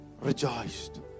rejoiced